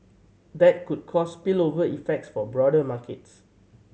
that could cause spillover effects for broader markets